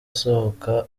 asohoka